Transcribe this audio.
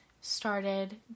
started